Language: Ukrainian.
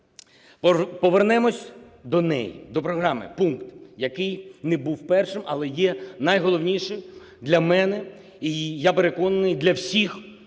Повернемося до неї, до програми. Пункт, який не був першим, але є найголовнішим для мене і, я переконаний, для всіх